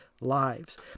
lives